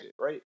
right